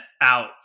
out